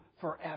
forever